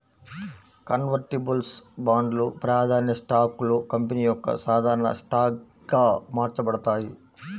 convertibles బాండ్లు, ప్రాధాన్య స్టాక్లు కంపెనీ యొక్క సాధారణ స్టాక్గా మార్చబడతాయి